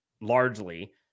largely